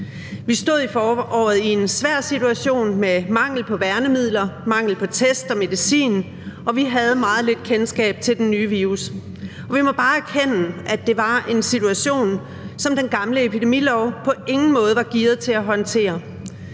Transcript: Vi stod i foråret i en svær situation med mangel på værnemidler, mangel på test og medicin, og vi havde meget lidt kendskab til den nye virus. Vi må bare erkende, at det var en situation, som den gamle epidemilov på ingen måde var gearet til at håndtere.